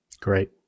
Great